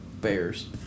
Bears